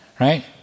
right